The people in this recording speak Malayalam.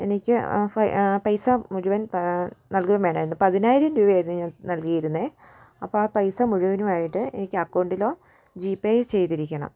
എനിക്ക് അ പൈസ മുഴുവൻ നൽകുകയും വേണായിരുന്നു പതിനായിരം രൂപയായിരുന്നു നൽകിയിരുന്നത് അപ്പം ആ പൈസ മുഴുവനുമായിട്ട് എനിക്ക് അക്കൗണ്ടിലോ ജി പേ യോ ചെയ്തിരിക്കണം